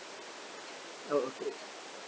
oh okay